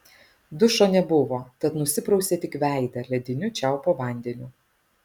dušo nebuvo tad nusiprausė tik veidą lediniu čiaupo vandeniu